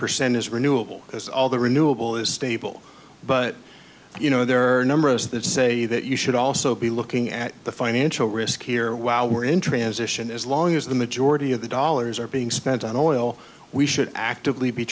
percent is renewable as all the renewable is stable but you know there are numbers that say that you should also be looking at the financial risk here while we're in transition as long as the majority of the dollars are being spent on oil we should actively be